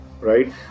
Right